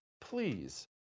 Please